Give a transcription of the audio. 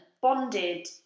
bonded